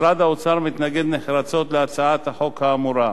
משרד האוצר מתנגד נחרצות להצעת החוק האמורה,